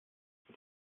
wird